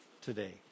today